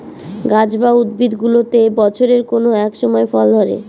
গাছ বা উদ্ভিদগুলোতে বছরের কোনো এক সময় ফল ধরে